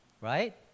right